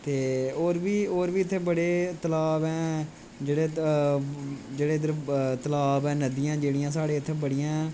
ते होर बी इत्थै बड़े तलाब ऐं जेह्ड़े इधर तलाब ऐं नदियां इधर बड़ियां